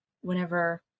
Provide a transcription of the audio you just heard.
whenever